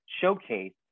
showcase